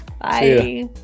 Bye